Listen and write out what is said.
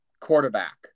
quarterback